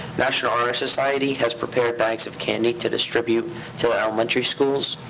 national honor society has prepared bags of candy to distribute to the elementary schools.